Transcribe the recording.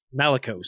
Malikos